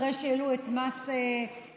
אחרי שהעלו את מס הגודש,